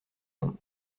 monde